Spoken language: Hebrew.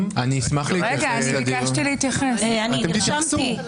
--- אתם תתייחסו.